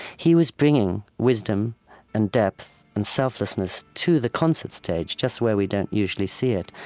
he was bringing wisdom and depth and selflessness to the concert stage, just where we don't usually see it.